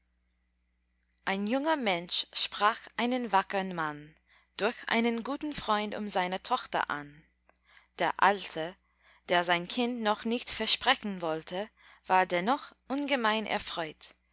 ein junger mensch sprach einen wackern mann durch einen guten freund um seine tochter an der alte der sein kind noch nicht versprechen wollte war dennoch ungemein erfreut